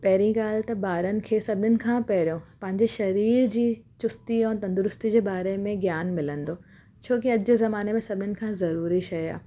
पहिरीं ॻाल्हि त ॿारनि खे सभिनि खां पहिरियों पंहिंजी शरीर जी चुस्ती ऐं तंदुरस्ती जे बारे में ज्ञान मिलंदो छोकी अॼु जे ज़माने में सभिनि खां ज़रूरी शइ आहे